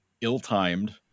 ill-timed